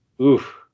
oof